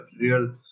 real